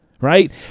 Right